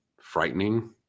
frightening